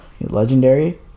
Legendary